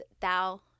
Thou